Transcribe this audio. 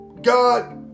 God